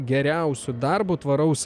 geriausiu darbu tvaraus